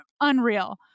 unreal